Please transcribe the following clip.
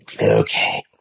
Okay